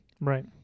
Right